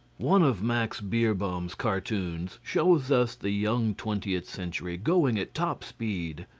one of max beerbohm's cartoons shows us the young twentieth century going at top speed,